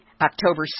October